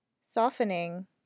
softening